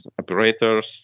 operators